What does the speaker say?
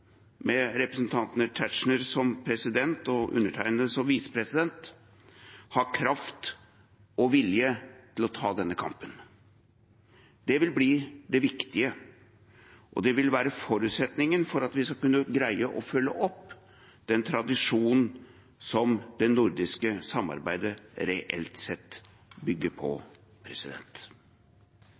med representanten Tetzschner som president og undertegnede som visepresident, har kraft og vilje til å ta denne kampen. Det vil bli det viktige, og det vil være forutsetningen for at vi skal kunne greie å følge opp den tradisjonen som det nordiske samarbeidet reelt sett bygger på.